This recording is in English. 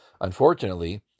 unfortunately